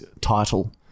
title